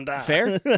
fair